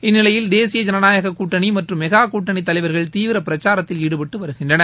இந்நிலையில் தேசிய ஜனநாயகக் கூட்டணி மற்றும் மெகா கூட்டணி தலைவர்கள் தீவிர பிரச்சாரத்தில் ஈடுபட்டு வருகின்றனர்